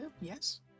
yes